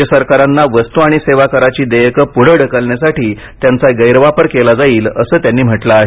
राज्य सरकारांना वस्तू आणि सेवा कराची देयके पुढे ढकलण्यासाठी त्यांचा गैरवापर केला जाईल असे त्यांनी म्हटलं आहे